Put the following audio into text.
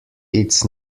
its